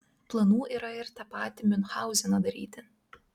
planų yra ir tą patį miunchauzeną daryti